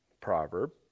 proverb